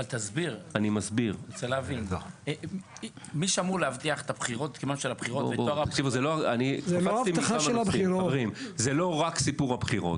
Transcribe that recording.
מי שאמור להבטיח את קיומן של הבחירות --- זה לא רק סיפור הבחירות,